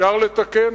אפשר לתקן.